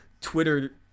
twitter